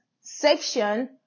section